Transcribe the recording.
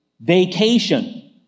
vacation